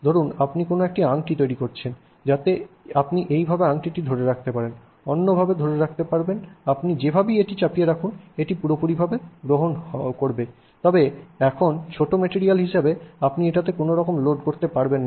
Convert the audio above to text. ধরুন আপনি কোনও আংটি তৈরি করছেন যাতে আপনি এইভাবে আংটিটি ধরে রাখতে পারেন অন্য ভাবে ধরে রাখতে পারবেন আপনি যেভাবেই এটি চাপিয়ে রাখুন এটি পুরোপুরিভাবে গ্রহণ করবে তবে এখন ছোট মেটেরিয়াল হিসাবে আপনি এটাতে কোনওরকম লোড করতে পারবে না